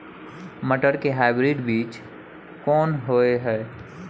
मटर के हाइब्रिड बीज कोन होय है?